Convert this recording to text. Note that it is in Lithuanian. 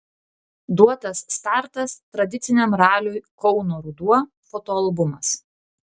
duotas startas tradiciniam raliui kauno ruduo fotoalbumas